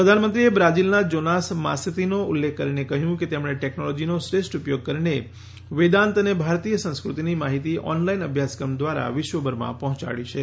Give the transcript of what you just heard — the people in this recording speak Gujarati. પ્રધાનમંત્રી એ બ્રાઝીલના જોનાસ માસેતીનો ઉલ્લેખ કરીને કહ્યું કે તેમણે ટેક્નોલોજીનો શ્રેષ્ઠ ઉપયોગ કરીને વેદાંત અને ભારતીય સંસ્કૃતિની માહિતી ઓનલાઈન અભ્યાસક્રમ દ્વારા વિશ્વભરમાં પહોંચાડી છે